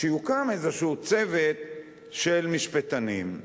שיוקם צוות כלשהו של משפטנים,